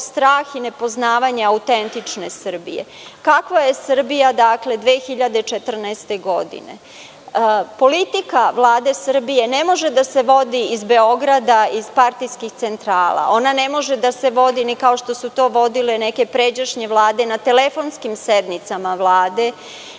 strah i nepoznavanje autentičnosti Srbije, kakva je Srbija, dakle 2014. godine. Politika Vlade Srbije ne može da se vodi iz Beograda, iz partijskih centrala, ona ne može da se vodi ni kao što su to vodile neke pređašnje vlade na telefonskim sednicama Vlade,